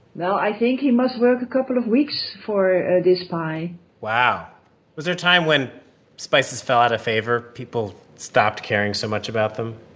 well, i think you must work a couple of weeks for this pie wow was there a time when spices fell out of favor people stopped caring so much about them?